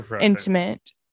intimate